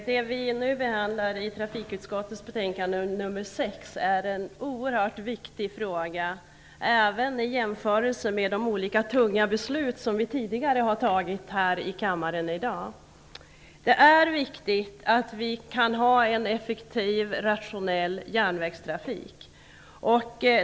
Fru talman! I trafikutskottets betänkande nr 6 behandlas en fråga som är oerhört viktig, även i jämförelse med de olika tunga beslut som vi har fattat här i kammaren tidigare i dag. Det är viktigt att vi kan ha en effektiv och rationell järnvägstrafik.